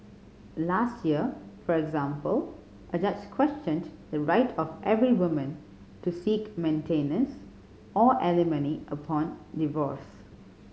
last year for example a judge questioned the right of every woman to seek maintenance or alimony upon divorce